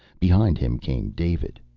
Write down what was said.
behind him came david.